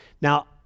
Now